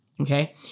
okay